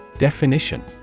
Definition